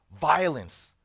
violence